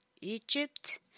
Egypt